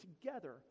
together